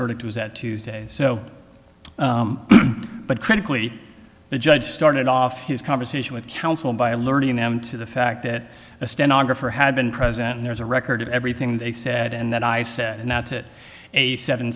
verdict was at tuesday so but critically the judge started off his conversation with counsel by alerting them to the fact that a stenographer had been present and there's a record of everything they said and that i said that it a seven